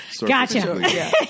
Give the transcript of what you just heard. gotcha